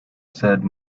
said